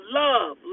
love